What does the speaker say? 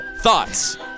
Thoughts